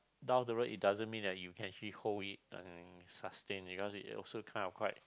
down the road it doesn't mean that you can actually hold it and sustain because it also kind of quite